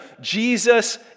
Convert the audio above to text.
Jesus